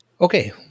Okay